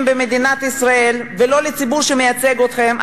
במדינת ישראל ולא דואגים לציבור שמייצג אתכם,